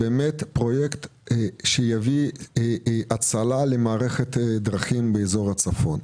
פרויקט שיביא הצלה למערכת הדרכים באזור הצפון.